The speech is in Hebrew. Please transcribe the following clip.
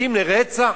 מסיתים לרצח?